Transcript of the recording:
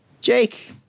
Jake